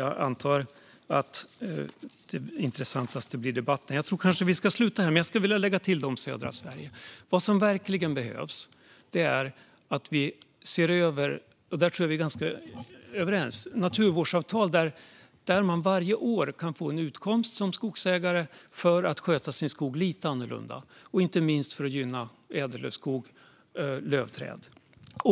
Jag antar att det intressantaste blir debatten. Jag tror kanske att jag ska sluta här, men jag skulle vilja lägga till något om södra Sverige. Vad som verkligen behövs är att vi ser över, och här tror jag att vi är ganska överens, naturvårdsavtal där man varje år kan få en utkomst som skogsägare för att sköta sin skog lite annorlunda, inte minst för att skydda ädellövskog och lövträd.